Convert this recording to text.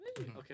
Okay